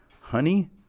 Honey